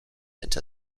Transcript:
into